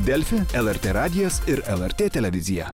delfi lrt radijas ir lrt televizija